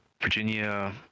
Virginia